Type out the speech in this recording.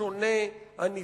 השונה, הנבדל,